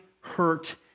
hurt